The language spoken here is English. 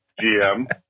GM